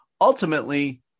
ultimately